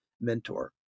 mentor